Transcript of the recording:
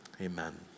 amen